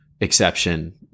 exception